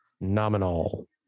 nominal